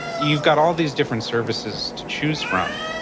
you've got all these different services to choose from,